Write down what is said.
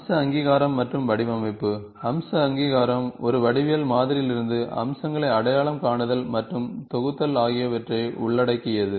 அம்ச அங்கீகாரம் மற்றும் வடிவமைப்பு அம்ச அங்கீகாரம் ஒரு வடிவியல் மாதிரியிலிருந்து அம்சங்களை அடையாளம் காணுதல் மற்றும் தொகுத்தல் ஆகியவற்றை உள்ளடக்கியது